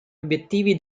obiettivi